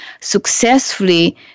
successfully